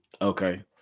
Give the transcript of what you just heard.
Okay